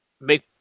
make